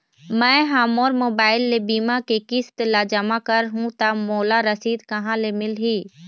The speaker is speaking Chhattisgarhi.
मैं हा मोर मोबाइल ले बीमा के किस्त ला जमा कर हु ता मोला रसीद कहां ले मिल ही?